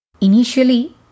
Initially